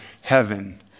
heaven